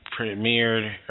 premiered